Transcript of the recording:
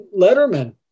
Letterman